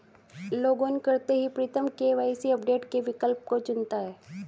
login करते ही Pritam KYC update के विकल्प को चुनता है